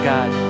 God